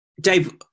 Dave